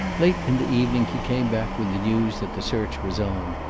late in the evening he came back, with the news that the search was on.